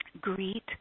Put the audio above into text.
Greet